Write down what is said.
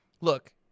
Look